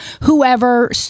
whoever